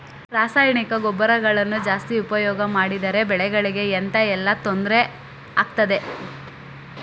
ರಾಸಾಯನಿಕ ಗೊಬ್ಬರಗಳನ್ನು ಜಾಸ್ತಿ ಉಪಯೋಗ ಮಾಡಿದರೆ ಬೆಳೆಗಳಿಗೆ ಎಂತ ಎಲ್ಲಾ ತೊಂದ್ರೆ ಆಗ್ತದೆ?